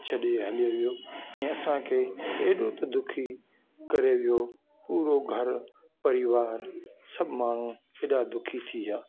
छॾे हली वियो ऐं असांखे एॾो त दुखी करे वियो पूरो घर परिवार सभु माण्हू फिरा दुखी थी विया